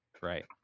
Right